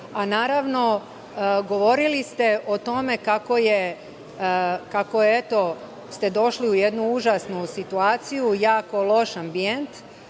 a naravno govorili ste o tome kako ste eto došli u jednu užasnu situaciju, jako loš ambijent